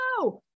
no